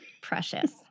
Precious